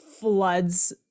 floods